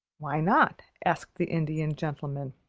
why not? asked the indian gentleman.